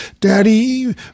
daddy